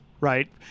right